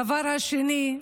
הדבר השני,